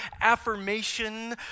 affirmation